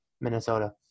minnesota